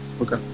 Okay